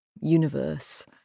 universe